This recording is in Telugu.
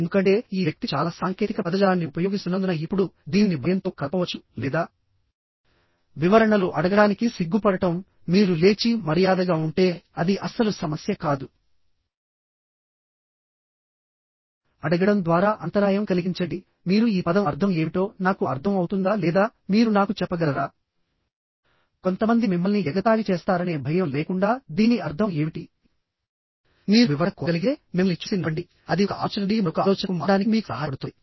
ఎందుకంటే ఈ వ్యక్తి చాలా సాంకేతిక పదజాలాన్ని ఉపయోగిస్తున్నందున ఇప్పుడు దీనిని భయంతో కలపవచ్చు లేదా వివరణలు అడగడానికి సిగ్గుపడటం మీరు లేచి మర్యాదగా ఉంటే అది అస్సలు సమస్య కాదు అడగడం ద్వారా అంతరాయం కలిగించండి మీరు ఈ పదం అర్థం ఏమిటో నాకు అర్థం అవుతుందా లేదా మీరు నాకు చెప్పగలరా కొంతమంది మిమ్మల్ని ఎగతాళి చేస్తారనే భయం లేకుండా దీని అర్థం ఏమిటి మీరు వివరణ కోరగలిగితే మిమ్మల్ని చూసి నవ్వండి అది ఒక ఆలోచన నుండి మరొక ఆలోచనకు మారడానికి మీకు సహాయపడుతుంది